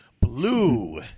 Blue